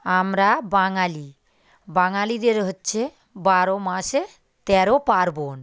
আমরা বাঙালি বাঙালিদের হচ্ছে বারো মাসে তেরো পার্বণ